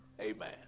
Amen